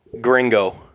Gringo